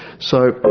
so